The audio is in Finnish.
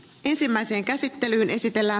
ensimmäisen käsittelyn esitellä